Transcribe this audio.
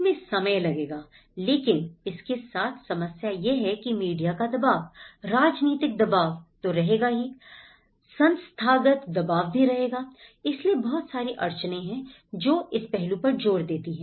इसमें समय लगेगा लेकिन इसके साथ समस्या यह है कि मीडिया का दबाव राजनीतिक दबाव तो रहेगा ही संस्थागत दबाव भी रहेगा इसलिए बहुत सारी अड़चनें हैं जो इस पहलू पर जोड़ देती हैं